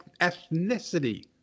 ethnicity